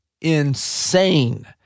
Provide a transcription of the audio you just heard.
insane